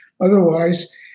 otherwise